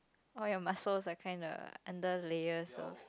all your muscles are kind of under layers